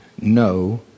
no